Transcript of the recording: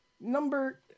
Number